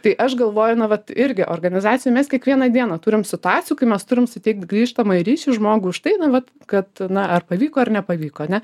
tai aš galvoju na vat irgi organizacijoj mes kiekvieną dieną turim situacijų kai mes turim suteikt grįžtamąjį ryšį žmogui už tai na vat kad na ar pavyko ar nepavyko ane